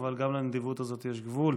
אבל גם לנדיבות הזאת יש גבול.